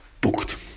booked